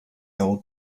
old